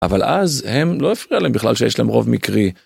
אבל אז הם, לא יפריע להם בכלל שיש להם רוב מקרי.